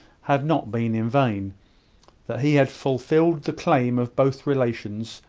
had not been in vain that he had fulfilled the claims of both relations,